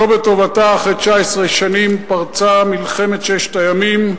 שלא בטובתה, אחרי 19 שנים פרצה מלחמת ששת הימים,